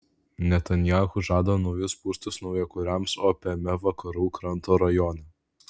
netanyahu žada naujus būstus naujakuriams opiame vakarų kranto rajone